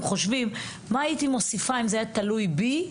לנו לחשוב 'מה הייתי מוסיפה אם זה היה תלוי בי,